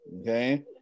Okay